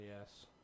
yes